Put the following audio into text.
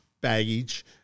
baggage